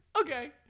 Okay